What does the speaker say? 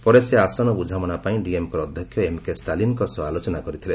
ପରେ ସେ ଆସନ ବୁଝାମଣା ପାଇଁ ଡିଏମ୍କେର ଅଧ୍ୟକ୍ଷ ଏମ୍କେ ଷ୍ଟାଲିନ୍ଙ୍କ ସହ ଆଲୋଚନା କରିଥିଲେ